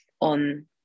on